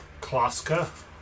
Klaska